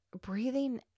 breathing